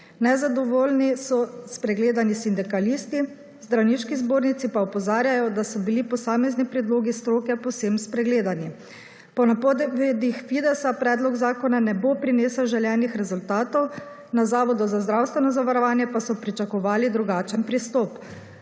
Nezadovoljni so spregledani sindikalisti. V Zdravniški zbornici pa opozarjajo, da so bili posamezni predlogi stroke povsem spregledani. Po napovedih Fidesa predlog zakona ne bo prinesel željenih rezultatov, na Zavodu za zdravstveno zavarovanje pa so pričakovali drugačen pristop.